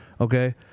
Okay